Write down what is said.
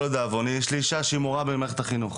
לדאבוני יש לי אישה שהיא מורה במערכת החינוך